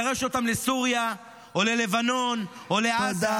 נגרש אותם לסוריה או ללבנון או לעזה.